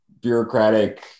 bureaucratic